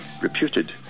reputed